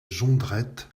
jondrette